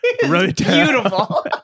Beautiful